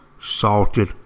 salted